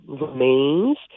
remains